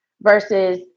versus